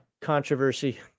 controversy